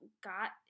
got